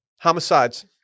Homicides